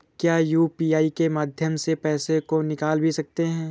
क्या यू.पी.आई के माध्यम से पैसे को निकाल भी सकते हैं?